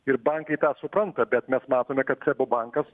ir bankai tą supranta bet mes matome kad bankas